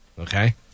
Okay